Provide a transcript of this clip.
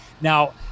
Now